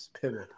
Pivot